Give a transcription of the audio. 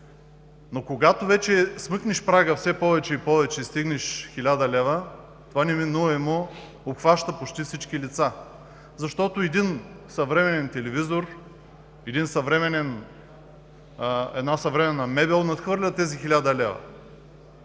но когато вече смъкнеш прага все повече и повече и стигнеш 1000 лв., това неминуемо обхваща почти всички лица, защото един съвременен телевизор, една съвременна мебел надхвърля тези 1000 лв.